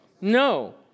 No